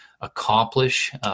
accomplish